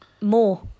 more